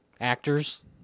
actors